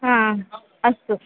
हा अस्तु